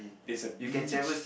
is a beach